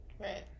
Right